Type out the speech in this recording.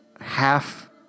half